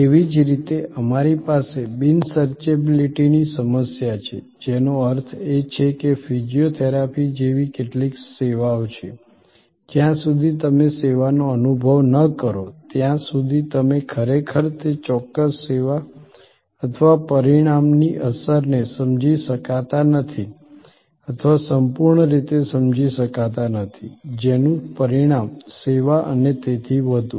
તેવી જ રીતે અમારી પાસે બિન સર્ચેબિલિટીની સમસ્યા છે જેનો અર્થ એ છે કે ફિઝિયોથેરાપી જેવી કેટલીક સેવાઓ છે જ્યાં સુધી તમે સેવાનો અનુભવ ન કરો ત્યાં સુધી તમે ખરેખર તે ચોક્કસ સેવા અથવા પરિણામની અસરને સમજી શકતા નથી અથવા સંપૂર્ણ રીતે સમજી શકતા નથી જેનું પરિણામ સેવા અને તેથી વધુ